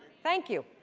thank you.